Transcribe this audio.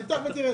תפתח ותראה.